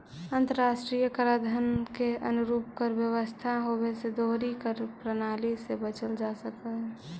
अंतर्राष्ट्रीय कराधान के अनुरूप कर व्यवस्था होवे से दोहरी कर प्रणाली से बचल जा सकऽ हई